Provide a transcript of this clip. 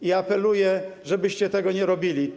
I apeluję, żebyście tego nie robili.